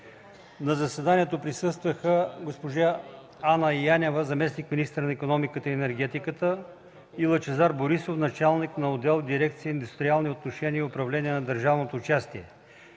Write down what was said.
На заседанието присъстваха Анна Янева – заместник-министър на икономиката и енергетиката, и Лъчезар Борисов – началник на отдел в дирекция „Индустриални отношения и управление на държавното участие“